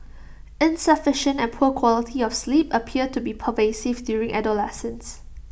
insufficient and poor quality of sleep appear to be pervasive during adolescence